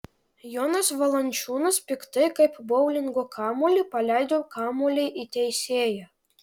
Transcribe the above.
jonas valančiūnas piktai kaip boulingo kamuolį paleido kamuolį į teisėją